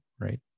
right